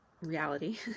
reality